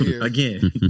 again